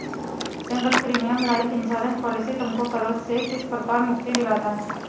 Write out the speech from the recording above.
Single premium life insurance policy तुमको करों से किस प्रकार मुक्ति दिलाता है?